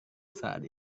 saat